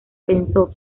pensó